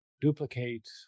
duplicate